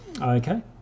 Okay